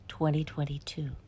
2022